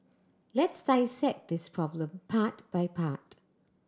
let's dissect this problem part by part